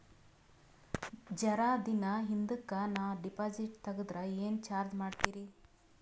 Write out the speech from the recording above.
ಜರ ದಿನ ಹಿಂದಕ ನಾ ಡಿಪಾಜಿಟ್ ತಗದ್ರ ಏನ ಚಾರ್ಜ ಮಾಡ್ತೀರಿ?